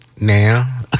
Now